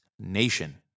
Nation